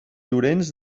llorenç